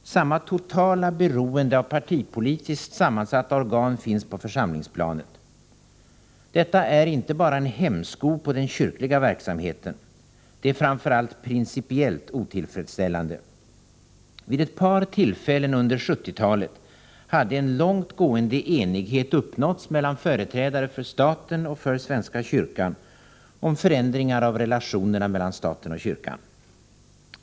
Samma totala beroende av partipolitiskt sammansatta organ finns på församlingsplanet. Detta är inte bara en hämsko på den kyrkliga verksamheten. Det är framför allt principiellt otillfredsställande. Vid ett par tillfällen under 1970-talet hade en långt gående enighet uppnåtts mellan företrädare för staten och för svenska kyrkan om förändringar av relationerna mellan staten och kyrkan.